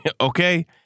Okay